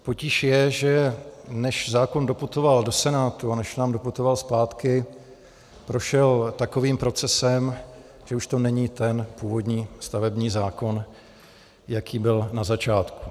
Potíž je, že než zákon doputoval do Senátu a než nám doputoval zpátky, prošel takovým procesem, že už to není ten původní stavební zákon, jaký byl na začátku.